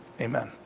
Amen